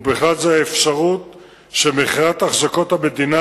ובכלל זה האפשרות שמכירת אחזקות המדינה